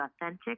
authentic